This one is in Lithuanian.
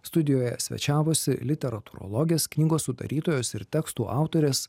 studijoje svečiavosi literatūrologės knygos sudarytojos ir tekstų autorės